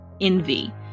envy